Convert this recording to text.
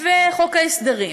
וחוק ההסדרים.